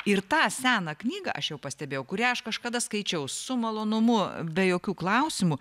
ir tą seną knygą aš jau pastebėjau kurią aš kažkada skaičiau su malonumu be jokių klausimų